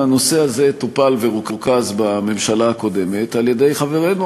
הנושא הזה טופל ורוכז בממשלה הקודמת על-ידי חברנו